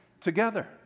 together